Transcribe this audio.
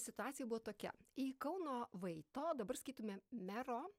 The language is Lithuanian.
situacija buvo tokia į kauno vaito dabar sakytume mero